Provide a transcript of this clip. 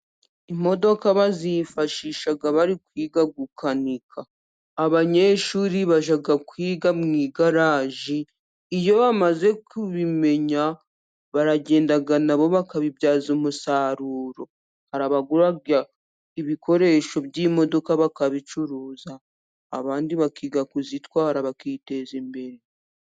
Imodoka bazifashisha bari kwiga gukanika. Abanyeshuri bajya kwiga mu igaraji, iyo bamaze kubimenya baragenda na bo bakabibyaza umusaruro. Hari abagura ibikoresho by'imodoka bakabicuruza, abandi bakiga kuzitwara bakiteza imbere.